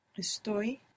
Estoy